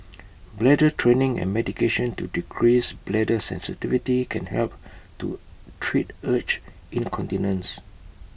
bladder training and medication to decrease bladder sensitivity can help to treat urge incontinence